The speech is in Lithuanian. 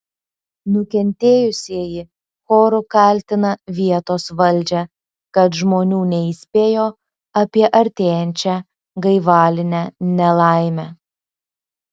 nukentėjusieji choru kaltina vietos valdžią kad žmonių neįspėjo apie artėjančią gaivalinę nelaimę